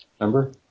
remember